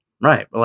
Right